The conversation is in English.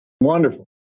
Wonderful